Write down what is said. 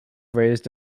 raised